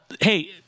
hey